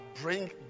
bring